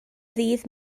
ddydd